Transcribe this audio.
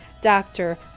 doctor